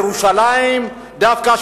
ירושלים דווקא,